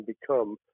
become